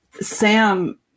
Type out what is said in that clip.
Sam